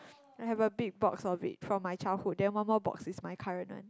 I have a big box of it from my childhood then one more box is from my current one